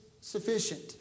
sufficient